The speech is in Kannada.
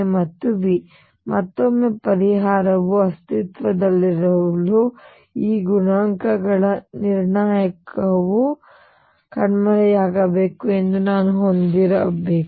ಮತ್ತು ಮತ್ತೊಮ್ಮೆ ಪರಿಹಾರವು ಅಸ್ತಿತ್ವದಲ್ಲಿರಲು ಈ ಗುಣಾಂಕಗಳ ನಿರ್ಣಾಯಕವು ಕಣ್ಮರೆಯಾಗಬೇಕು ಎಂದು ನಾನು ಹೊಂದಿರಬೇಕು